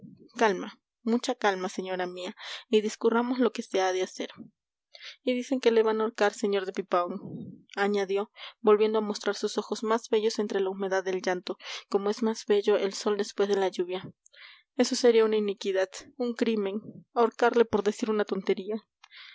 calma mucha calma señora mía y discurramos lo que se ha de hacer y dicen que le van a ahorcar sr de pipaón añadió volviendo a mostrar sus ojos más bellos entre la humedad del llanto como es más bello el sol después de la lluvia eso sería una iniquidad un crimen ahorcarle por decir una tontería